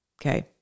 Okay